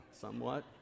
somewhat